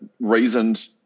reasoned